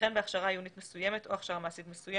וכן בהכשרה עיונית מסוימת או הכשרה מעשית מסוימת,